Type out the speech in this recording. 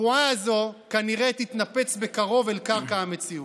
הבועה הזאת כנראה תתנפץ בקרוב אל קרקע המציאות.